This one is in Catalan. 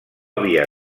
havia